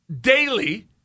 daily